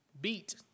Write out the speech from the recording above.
beat